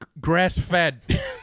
grass-fed